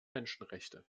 menschenrechte